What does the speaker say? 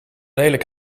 lelijk